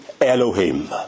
Elohim